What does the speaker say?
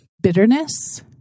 bitterness